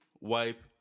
Wipe